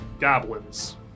goblins